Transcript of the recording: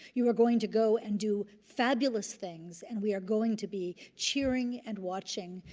you are going to go and do fabulous things, and we are going to be cheering and watching.